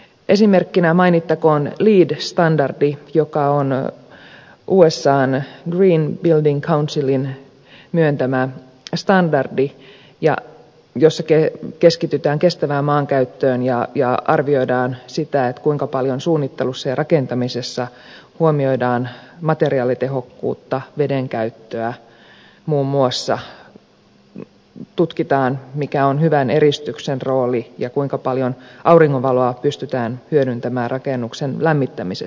esimerkkinä mainittakoon leed standardi joka on usan green building councilin myöntämä standardi jossa keskitytään kestävään maankäyttöön ja arvioidaan sitä kuinka paljon suunnittelussa ja rakentamisessa huomioidaan materiaalitehokkuutta veden käyttöä muun muassa tutkitaan mikä on hyvän eristyksen rooli ja kuinka paljon auringonvaloa pystytään hyödyntämään rakennuksen lämmittämisessä